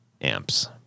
amps